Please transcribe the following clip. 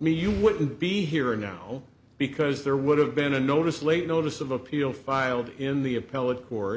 mean you wouldn't be hearing now because there would have been a notice late notice of appeal filed in the appellate court